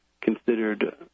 considered